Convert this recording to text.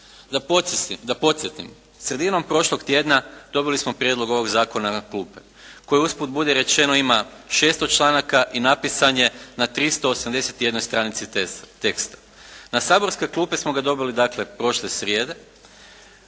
Da podsjetim, sredinom prošlog tjedna dobili smo prijedlog ovog zakona na klupe, koji usput budi rečeno ima 600 članaka i napisan je na 381 stranici teksta. Na saborske klupe smo ga dobili dakle prošle srijede,